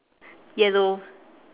yellow